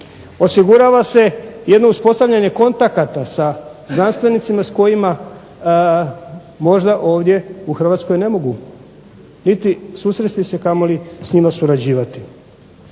Osigurava se jedno uspostavljanje kontakata sa znanstvenicima sa kojima možda ovdje u Hrvatskoj ne mogu niti susresti se kamoli s njima surađivati.